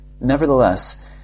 Nevertheless